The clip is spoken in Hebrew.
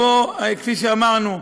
כפי שאמרנו,